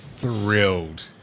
Thrilled